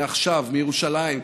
מעכשיו, מירושלים.